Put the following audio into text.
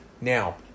Now